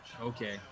Okay